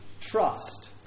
trust